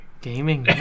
Gaming